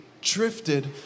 drifted